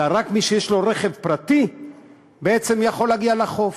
אלא רק מי שיש לו רכב פרטי יכול להגיע לחוף.